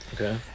Okay